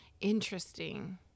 interesting